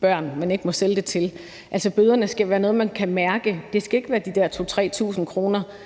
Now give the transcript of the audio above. børn, man ikke må sælge dem til. Bøderne skal være noget, man kan mærke. Det skal ikke være de der 2.000-3.000 kr.